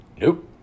nope